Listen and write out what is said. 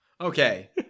Okay